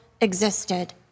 existed